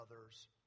others